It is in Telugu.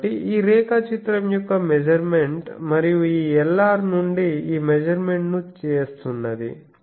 కాబట్టి ఈ రేఖాచిత్రం యొక్క మెజర్మెంట్ మరియు ఈ Lr నుండి ఈ మెజర్మెంట్ ను చేస్తున్నది